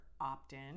opt-in